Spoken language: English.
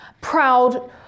proud